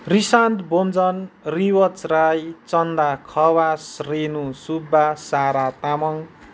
Rishant Bomjan Riwaj Rai Chanda Khawas Renu Subba Sara Tamang